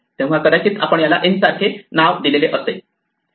तेव्हा कदाचित आपण याला n सारखे नाव दिलेले असेल